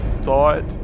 thought